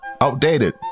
outdated